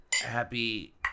Happy